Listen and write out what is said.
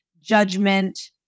judgment